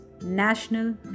national